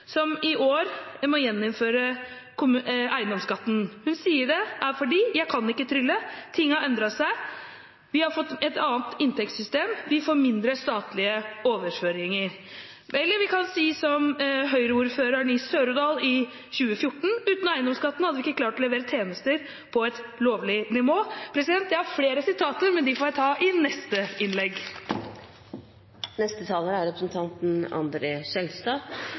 som i år må gjeninnføre eiendomsskatten. Hun sier: «Men jeg kan ikke trylle. Ting har endret seg . Vi har fått et nytt inntektssystem, og får mindre i statlige overføringer Eller vi kan si som Høyre-ordføreren i Sør-Odal i 2014: «Uten eiendomsskatten hadde vi ikke klart å levere tjenester på et lovlig nivå». Jeg har flere sitater, men dem får jeg ta i neste innlegg. Jeg er helt sikker på at representanten